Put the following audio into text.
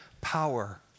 power